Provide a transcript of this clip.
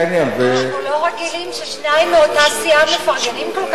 אנחנו לא רגילים ששניים מאותה סיעה מפרגנים כל כך אחד לשני.